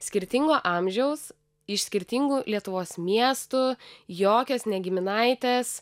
skirtingo amžiaus iš skirtingų lietuvos miestų jokios giminaitės